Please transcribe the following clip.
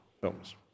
films